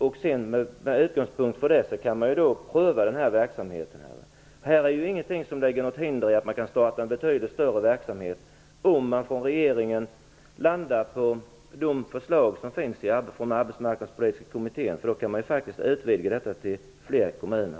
Med utgångspunkt från detta kan man pröva verksamheten. Det finns ingenting här som hindrar att man startar en betydligt större verksamhet, om regeringen landar på de förslag som lagts fram av den arbetsmarknadspolitiska kommittén. Då kan man utvidga verksamheten till fler kommuner.